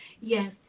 yes